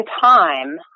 time